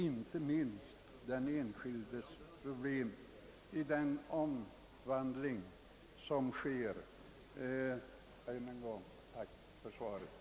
Inte minst bör den enskildes problem i den omvandling som sker beaktas. Än en gång: Tack för svaret!